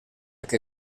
que